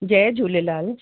Jay Jhulelal